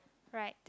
right